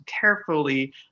carefully